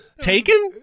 taken